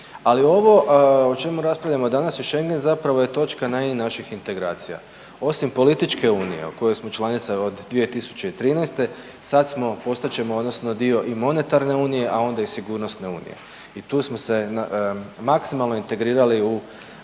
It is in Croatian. Ali ovo o čemu raspravljamo danas je Schengen je zapravo točka na „i“ naših integracija. Osim političke Unije u kojoj smo članica od 2013. sad smo, postat ćemo odnosno dio i monetarne unije, a onda i sigurnosne unije. I tu smo se maksimalno integrirali u